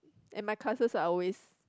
and my classes are always